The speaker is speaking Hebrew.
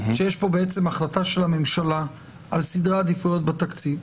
שיש פה החלטה של הממשלה על סדרי עדיפויות בתקציב.